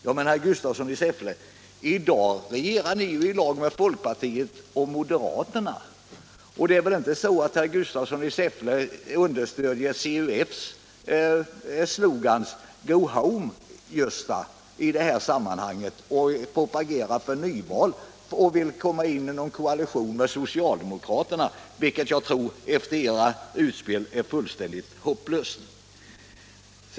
Ja, men, herr Gustafsson, i dag regerar ni ju tillsammans med folkpartiet och moderaterna, och herr Gustafsson understöder väl inte CUF:s slogan i detta sammanhang, ”go home, Gösta”, och propagerar för nyval för att ingå i koalition med socialdemokraterna. Efter era utspel tror jag ÅArbetsmarknadspolitiken Arbetsmarknadspolitiken det skulle vara fullständigt hopplöst.